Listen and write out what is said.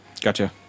Gotcha